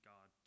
God